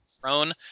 throne